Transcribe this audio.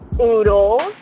Oodles